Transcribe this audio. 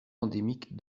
endémique